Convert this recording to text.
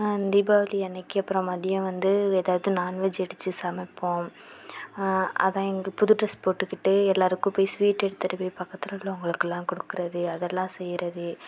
தீபாவளி அன்னிக்கி அப்புறம் மதியம் வந்து எதாவது நான்வெஜ் அடித்து சமைப்போம் அதுதான் இங் புது டிரெஸ் போட்டுக்கிட்டு எல்லாருக்கும் போயி ஸ்வீட் எடுத்துட்டு போயி பக்கத்தில் உள்ளவங்களுக்குலாம் கொடுக்குறது அதெல்லாம் செய்கிறது